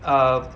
err